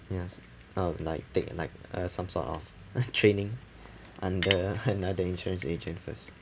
yes I would like take like uh some sort of training under another insurance agent first